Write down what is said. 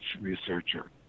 researcher